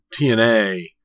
TNA